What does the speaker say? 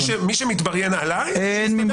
מי שמתבריין עליי, שיסתדר.